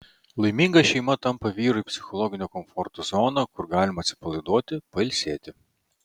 laiminga šeima tampa vyrui psichologinio komforto zona kur galima atsipalaiduoti pailsėti